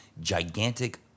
gigantic